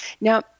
Now